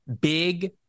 big